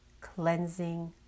cleansing